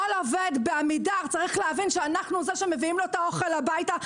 כל עובד בעמידר צריך להבין שאנחנו אלה שמביאים לו את האוכל הביתה,